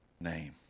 name